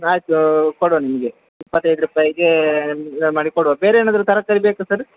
ಆಯಿತು ಕೊಡುವ ನಿಮಗೆ ಇಪ್ಪತ್ತೈದು ರೂಪಾಯಿಗೆ ಮಾಡಿ ಕೊಡುವ ಬೇರೆ ಏನಾದರೂ ತರಕಾರಿ ಬೇಕಾ ಸರ್